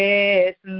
Yes